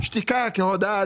שתיקה כהודאה,